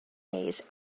days